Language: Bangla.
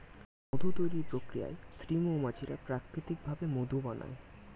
মধু তৈরির প্রক্রিয়ায় স্ত্রী মৌমাছিরা প্রাকৃতিক ভাবে মধু বানায়